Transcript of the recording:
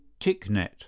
Ticknet